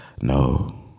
No